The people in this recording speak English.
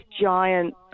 giant